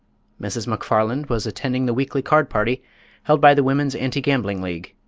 mrs. mcfarland was attending the weekly card party held by the women's anti-gambling league.